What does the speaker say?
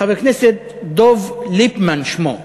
חבר הכנסת דב ליפמן שמו.